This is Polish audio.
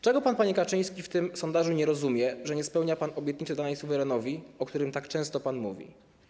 Czego pan, panie Kaczyński, w tym sondażu nie rozumie, że nie spełnia pan obietnicy danej suwerenowi, o którym tak często pan mówi?